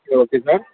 okay sir